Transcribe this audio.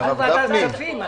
אנחנו ועדת הכספים.